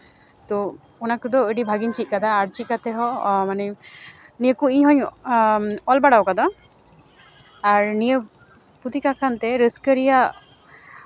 ᱛᱚ ᱚᱱᱟ ᱠᱚᱫᱚ ᱟᱹᱰᱤ ᱵᱷᱟᱜᱮᱧ ᱪᱮᱫ ᱠᱟᱫᱟ ᱟᱨ ᱪᱮᱫ ᱠᱟᱛᱮ ᱦᱚᱸ ᱱᱤᱭᱟᱹ ᱠᱚ ᱤᱧ ᱦᱚᱸᱧ ᱚᱞ ᱵᱟᱟᱣ ᱠᱟᱫᱟ ᱟᱨ ᱱᱤᱭᱟᱹ ᱯᱩᱛᱷᱤ ᱠᱚ ᱠᱟᱱᱛᱮ ᱨᱟᱹᱥᱠᱟᱹ ᱨᱮᱭᱟᱜ